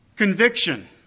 conviction